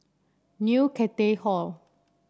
New Cathay Hall